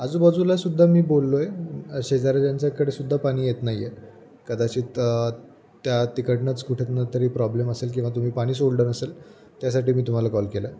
आजूबाजूलासुद्धा मी बोललो आहे शेजाऱ्याजांच्याकडे सुद्धा पानी येत नाही आहे कदाचित त्या तिकडनंच कुठे न तरी प्रॉब्लेम असेल किंवा तुम्ही पाणीच सोडलं नसेल त्यासाठी मी तुम्हाला कॉल केलं आहे